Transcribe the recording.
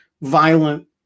violent